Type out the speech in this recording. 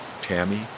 Tammy